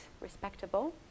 respectable